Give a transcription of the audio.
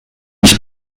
nicht